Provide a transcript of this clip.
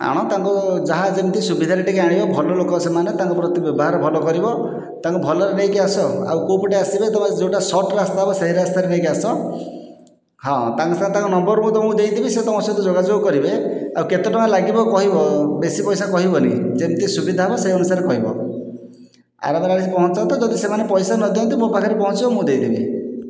ଆଣ ତାଙ୍କୁ ଯାହା ଯେମିତି ସୁବିଧାରେ ଟିକେ ଆଣିବ ଭଲଲୋକ ସେମାନେ ତାଙ୍କପ୍ରତି ବ୍ୟବହାର ଭଲ କରିବ ତାଙ୍କୁ ଭଲରେ ନେଇକି ଆସ ଆଉ କେଉଁପଟେ ଆସିବେ ଯେଉଁଟା ସର୍ଟ ରାସ୍ତା ହେବ ସେହି ରାସ୍ତା ଦେଇକି ଆସ ହଁ ତାଙ୍କ ସାଙ୍ଗ ତାଙ୍କ ନମ୍ବର ମୁଁ ତୁମକୁ ଦେଇଦେବି ତୁମ ସହିତ ଯୋଗାଯୋଗ କରିବେ ଆଉ କେତେଟଙ୍କା ଲାଗିବ କହିବ ବେଶି ପଇସା କହିବନି ଯେମିତି ସୁବିଧା ହେବ ସେହି ଅନୁସାରେ କହିବ ଆରାମରେ ଆସି ପହଞ୍ଚ ତ ଯଦି ସେମାନେ ପଇସା ନଦିଅନ୍ତି ମୋ ପାଖରେ ପହଞ୍ଚିବ ମୁଁ ଦେଇଦେବି